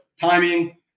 timing